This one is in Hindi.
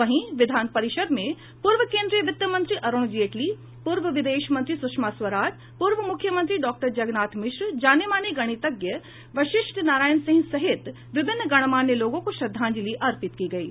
वहीं विधान परिषद् में पूर्व केन्द्रीय वित्त मंत्री अरुण जेटली पूर्व विदेश मंत्री सुषमा स्वराज पूर्व मुख्यमंत्री डॉक्टर जगन्नाथ मिश्र जानेमाने गणितज्ञ वशिष्ठ नारायण सिंह सहित विभिन्न गणमान्य लोगों को श्रद्धांजलि अर्पित की गयी